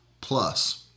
plus